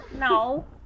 No